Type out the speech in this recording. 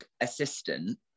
assistant